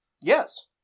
Yes